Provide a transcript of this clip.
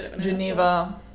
Geneva